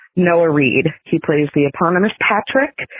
no ah read. he plays the economist patrick,